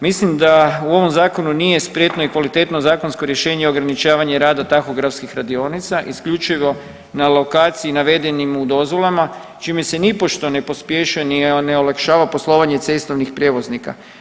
Mislim da u ovom zakonu nije spretno i kvalitetno zakonsko rješenje ograničavanje rada tahografskih radionica isključivo na lokaciji navedenim u dozvolama, čime se nipošto ne pospješuje ni ne olakšava poslovanje cestovnih prijevoznika.